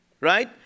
right